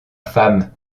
femme